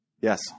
Yes